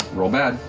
roll bad.